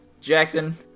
Jackson